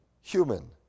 human